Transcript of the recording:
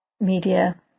media